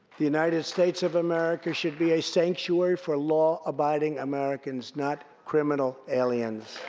the united states of america should be a sanctuary for law-abiding americans, not criminal aliens.